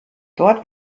dort